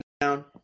down